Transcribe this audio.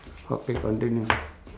okay continue